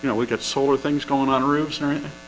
know, we've got solar things going on roofs nor and